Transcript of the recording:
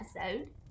episode